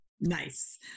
Nice